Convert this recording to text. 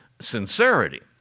sincerity